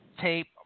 tape